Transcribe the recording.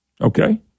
Okay